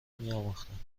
میآموختند